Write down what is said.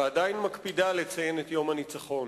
ועדיין מקפידה, לציין את יום הניצחון.